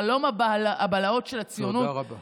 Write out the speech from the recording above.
חלום הבלהות של הציונות, תודה רבה.